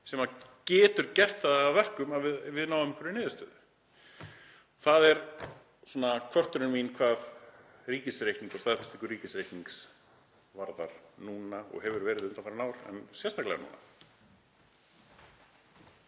sem getur gert það að verkum að við náum einhverri niðurstöðu. Það er svona kvörtunin mín hvað ríkisreikning og staðfestingu ríkisreiknings varðar núna og hefur verið undanfarin ár en sérstaklega núna.